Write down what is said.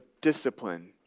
discipline